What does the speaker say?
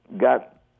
got